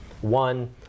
one